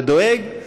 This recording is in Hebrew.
ודואג,